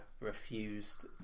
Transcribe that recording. refused